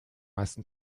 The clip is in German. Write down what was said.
meisten